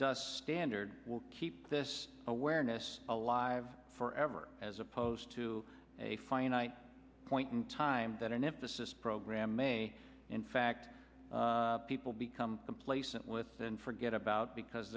standard will keep this awareness alive forever as opposed to a finite point in time that an emphasis programme may in fact people become complacent with and forget about because